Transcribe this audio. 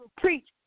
preach